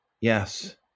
Yes